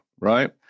right